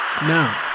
Now